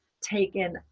taken